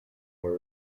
were